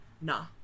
Nah